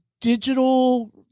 digital